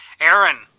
Aaron